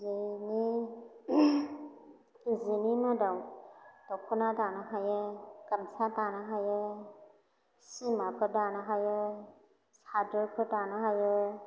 जिनि जिनि मादाव दख'ना दानो हायो गामसा दानो हायो सिमाफोर दानो हायो सादोरफोर दानो हायो